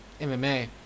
MMA